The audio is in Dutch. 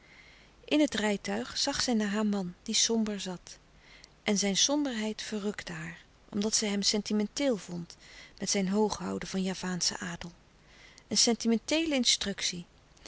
in het rijtuig zag zij naar haar man die somber zat en zijn somberheid verrukte haar omdat zij hem sentimenteel vond met zijn hooghouden van javaanschen adel een sentimenteele instructie